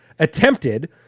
attempted